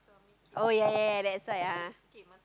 oh ya ya ya that's why ah